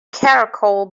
charcoal